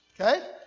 okay